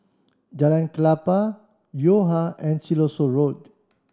Jalan Klapa Yo Ha and Siloso Road